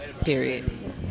period